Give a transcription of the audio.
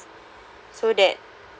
so that